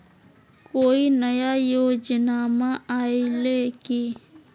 कोइ नया योजनामा आइले की?